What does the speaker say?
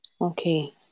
Okay